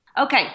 Okay